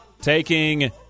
Taking